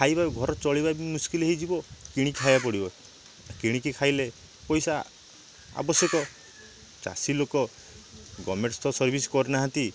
ଖାଇବା ଘରେ ଚଳିବା ବି ମୁସ୍କିଲ ହେଇଯିବ କିଣି ଖାଇବାକୁ ପଡ଼ିବ କିଣିକି ଖାଇଲେ ପଇସା ଆବଶ୍ୟକ ଚାଷୀ ଲୋକ ଗଭର୍ଣ୍ଣମେଣ୍ଟତ ସର୍ଭିସ କରିନାହାଁନ୍ତି